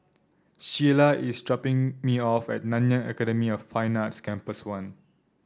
Shiela is dropping me off at Nanyang Academy of Fine Arts Campus One